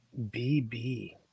BB